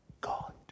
God